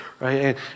right